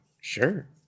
Sure